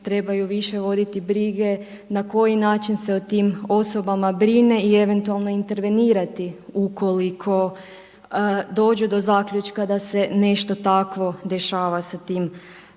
trebaju više voditi brige na koji način se o tim osobama brine i eventualno intervenirati ukoliko dođu do zaključka da se nešto tako dešava sa tim